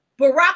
Barack